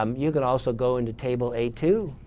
um you can also go into table a two